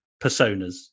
personas